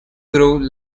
grove